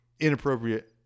inappropriate